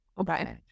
Okay